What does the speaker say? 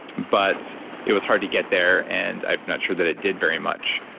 but it was hard to get there, and i'm not sure that it did very much.